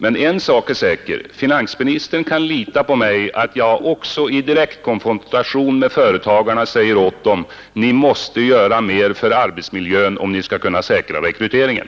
Men en sak är säker nämligen att finansministern kan lita på att jag också i direktkonfrontation med företagarna säger åt dem: Ni måste göra mer för arbetsmiljön, om ni skall kunna säkra rekryteringen.